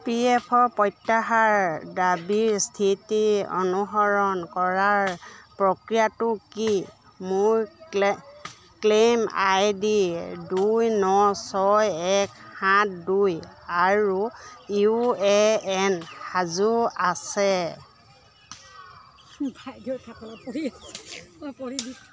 P F প্ৰত্যাহাৰ দাবীৰ স্থিতি অনুসৰণ কৰাৰ প্ৰক্ৰিয়াটো কি মোৰ ক্লেইম আই ডি দুই ন ছয় এক সাত দুই আৰু ইউ এ এন সাজু আছে